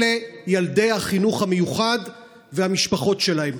אלה ילדי החינוך המיוחד והמשפחות שלהם.